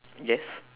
yes